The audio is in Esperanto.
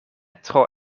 tro